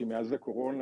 כי מאז הקורונה,